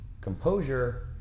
composure